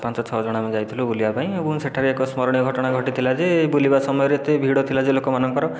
ପାଞ୍ଚ ଛଅ ଜଣ ଆମେ ଯାଇଥିଲୁ ବୁଲିବା ପାଇଁ ଏବଂ ସେଠାରେ ଏକ ସ୍ମରଣୀୟ ଘଟଣା ଘଟିଥିଲା ଯେ ବୁଲିବା ସମୟରେ ଏତେ ଭିଡ଼ ଥିଲା ଯେ ଲୋକମାନଙ୍କର